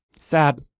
Sad